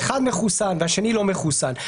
האחד מחוסן והשני לא מחוסן,